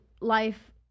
life